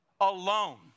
Alone